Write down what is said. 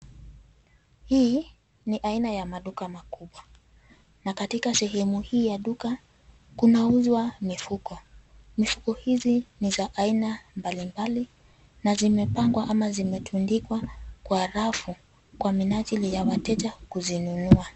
Hii ni aina ya maduka makubwa na katika sehemu hii ya duka kunauzwa mifuko. Mifuko hizi ni za aina mbali mbali na zimepangwa ama zimetundikwa kwa rafu kwa minajili ya wateja kuzinunua.